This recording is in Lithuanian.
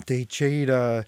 tai čia yra